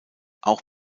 auch